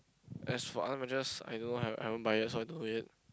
as for other matches I don't know I I haven't buy yet so I don't know yet